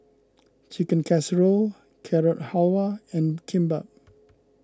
Chicken Casserole Carrot Halwa and Kimbap